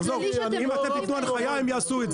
אם אתם תתנו הנחיה הם יעשו את זה.